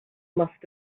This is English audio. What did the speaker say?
must